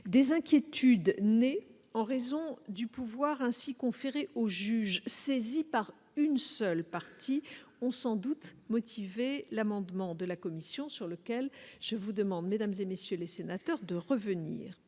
des inquiétudes nées en raison du pouvoir ainsi conféré au juge, saisi par une seule partie ont sans doute motivé l'amendement de la commission sur lequel je vous demande, mesdames et messieurs les sénateurs de revenir,